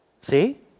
See